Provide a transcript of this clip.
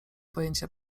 pojęcia